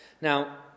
Now